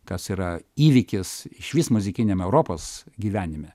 kas yra įvykis išvis muzikiniame europos gyvenime